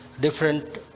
different